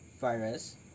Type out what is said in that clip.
virus